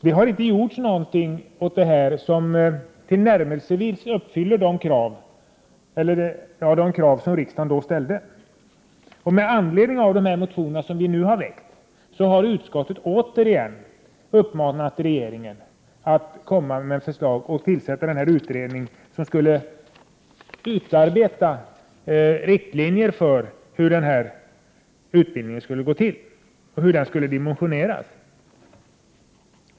Det har inte gjorts någonting åt det som tillnärmelsevis uppfyller de krav som riksdagen då ställde. Med anledning av de motioner som vi nu har väckt har utskottet återigen uppmanat regeringen att tillsätta den utredning som skulle utarbeta riktlinjer för hur utbildningen skulle gå till och dimensioneras.